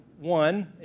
one